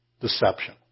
deception